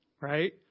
right